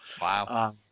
wow